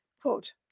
Quote